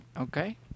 Okay